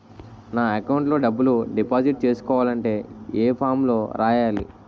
నా అకౌంట్ లో డబ్బులు డిపాజిట్ చేసుకోవాలంటే ఏ ఫామ్ లో రాయాలి?